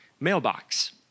mailbox